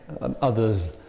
others